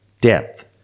depth